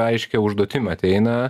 aiškią užduotim ateina